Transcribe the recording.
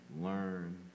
learn